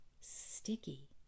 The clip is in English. sticky